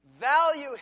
Value